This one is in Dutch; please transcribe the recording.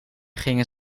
gingen